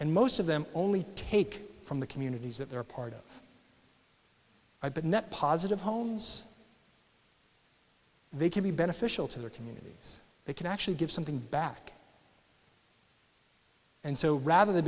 and most of them only take from the communities that they're part of i bet net positive homes they can be beneficial to their communities they can actually give something back and so rather than